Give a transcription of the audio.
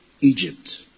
Egypt